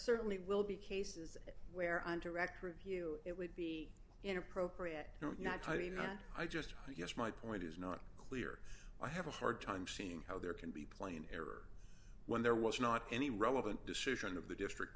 certainly will be cases where on to record view it would be inappropriate not tight enough and i just i guess my point is not clear i have a hard time seeing how there can be playin error when there was not any relevant decision of the district